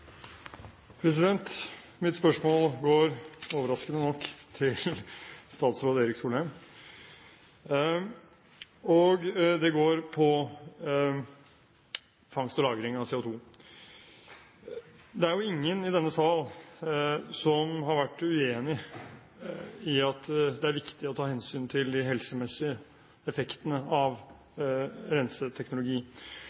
det går på fangst og lagring av CO2. Det er jo ingen i denne sal som har vært uenig i at det er viktig å ta hensyn til de helsemessige effektene av